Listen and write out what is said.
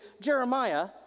Jeremiah